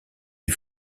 des